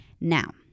Now